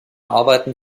arbeiten